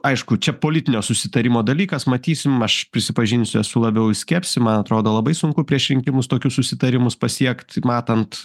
aišku čia politinio susitarimo dalykas matysim aš prisipažinsiu esu labiau į skepsį man atrodo labai sunku prieš rinkimus tokius susitarimus pasiekt matant